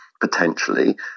potentially